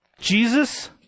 Jesus